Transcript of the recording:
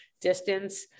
distance